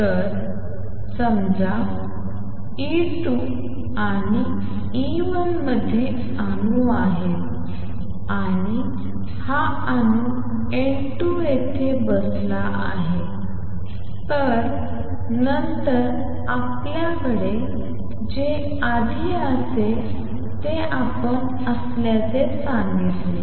तर समजा ई 2 आणि ई 1 मध्ये अणू आहेत आणि हा अणू एन 2 येथे बसला आहे तर नंतर आपल्याकडे जे आधी असेल ते आपण dN2dt हे A21N2असल्याचे सांगितले